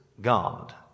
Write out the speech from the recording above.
God